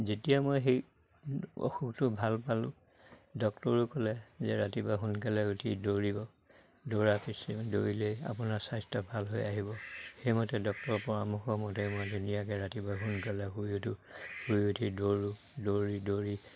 যেতিয়া মই সেই অসুখটো ভাল পালোঁ ডক্টৰেও ক'লে যে ৰাতিপুৱা সোনকালে উঠি দৌৰিব দৌৰাৰ পিছ দৌৰিলেই আপোনাৰ স্বাস্থ্য ভাল হৈ আহিব সেইমতে ডক্টৰৰ পৰামৰ্শ মতে মই ধুনীয়াকে ৰাতিপুৱা সোনকালে শুই উঠো শুই উঠি দৌৰোঁ দৌৰি দৌৰি